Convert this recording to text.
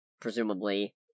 presumably